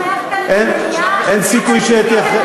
זה מה שהביא אותך, אין סיכוי שאתייחס,